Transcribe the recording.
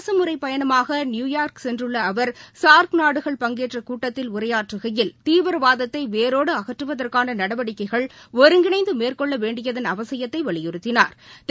அரசுமுறைப் பயணமாக நியுயார்க் சென்றுள்ள அவர் சார்க் நாடுகள் பங்கேற்ற கூட்டத்தில் உரையாற்றுகையில் தீவிரவாதத்தை வேரோடு அகற்றுவதற்கான நடவடிக்கைகள் ஒருங்கிணைந்து மேற்கொள்ள வேணடியதன் அவசியத்தை வலியுறுத்தினாா்